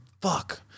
Fuck